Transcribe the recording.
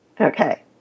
Okay